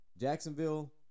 Jacksonville